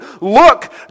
look